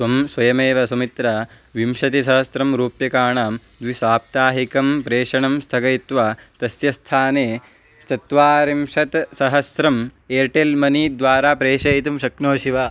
त्वं स्वयमेव सुमित्रा विंशतिसहस्रं रूप्यकाणां द्विसाप्ताहिकं प्रेषणं स्थगयित्वा तस्य स्थाने चत्वारिंशत्सहस्रम् एर्टेल् मनी द्वारा प्रेषयितुं शक्नोषि वा